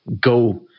go